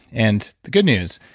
and the good news,